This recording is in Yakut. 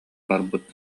барбыт